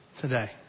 today